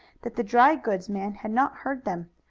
that the dry-goods man had not heard them.